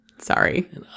sorry